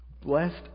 Blessed